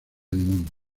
limón